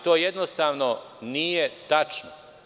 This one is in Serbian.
To jednostavno nije tačno.